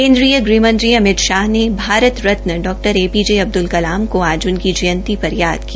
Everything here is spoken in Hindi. केन्द्रीय गृहमंत्री अमित शाह ने भारत रत्न डॉ ए पी जी कलाम को आज उनकी जयंती पर याद किया